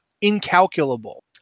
incalculable